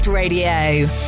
Radio